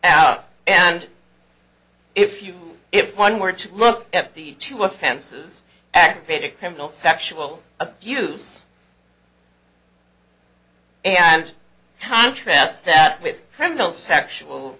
and if you if one were to look at the two offenses aggravated criminal sexual abuse and contrast that with criminal sexual